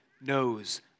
knows